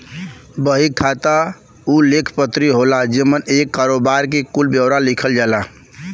बही खाता उ लेख पत्री होला जेमन एक करोबार के कुल ब्योरा लिखल होला